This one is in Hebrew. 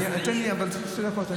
לא, לא, תן לי שתי דקות.